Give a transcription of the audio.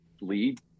lead